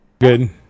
Good